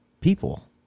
people